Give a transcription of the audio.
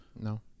No